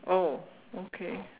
oh okay